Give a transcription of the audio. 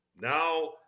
now